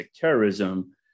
terrorism